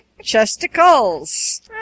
Chesticles